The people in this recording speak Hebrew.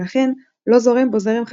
ולכן לא זורם בו זרם חשמלי.